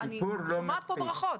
ואני שומעת פה ברכות.